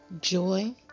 joy